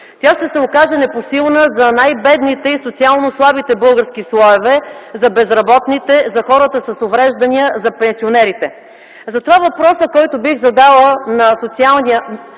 Тя ще се окаже непосилна за най-бедните и социално слабите български слоеве, за безработните, за хората с увреждания, за пенсионерите. Затова въпросът, който бих задала на социалния